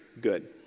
good